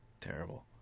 Terrible